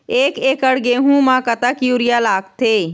एक एकड़ गेहूं म कतक यूरिया लागथे?